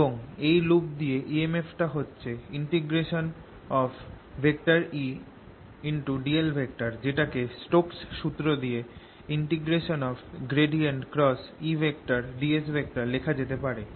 এবং এই লুপ দিয়ে EMF টা হচ্ছে Edl যেটাকে স্টোক সুত্র দিয়ে ds লেখা যেতে পারে